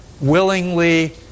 willingly